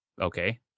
okay